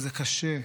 וזה קשה,